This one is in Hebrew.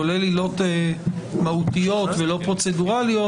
כולל עילות מהותיות ולא פרוצדורליות,